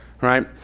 right